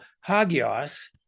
hagios